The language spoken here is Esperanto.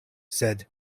sed